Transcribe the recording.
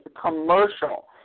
commercial